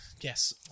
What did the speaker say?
yes